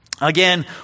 Again